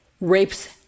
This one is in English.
rapes